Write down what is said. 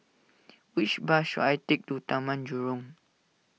which bus should I take to Taman Jurong